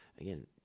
again